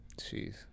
Jeez